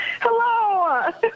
Hello